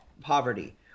poverty